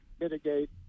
mitigate